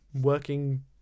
working